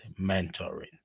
mentoring